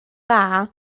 dda